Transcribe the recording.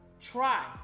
try